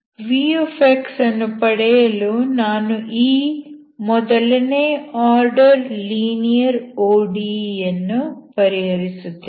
v ಅನ್ನು ಪಡೆಯಲು ನಾನು ಈ ಮೊದಲನೇ ಆರ್ಡರ್ ಲೀನಿಯರ್ ODE ಯನ್ನು ಪರಿಹರಿಸುತ್ತೇನೆ